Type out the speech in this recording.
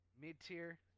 Mid-tier